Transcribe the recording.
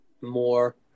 more